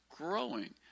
Growing